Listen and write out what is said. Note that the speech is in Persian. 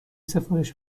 سفارش